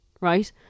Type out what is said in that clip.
right